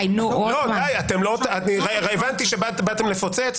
ואני חושב שאין גם הכשר משפטי לכך.